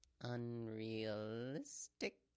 Unrealistic